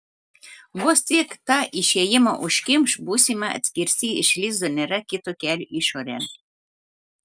vos tik tą išėjimą užkimš būsime atkirsti iš lizdo nėra kito kelio išorėn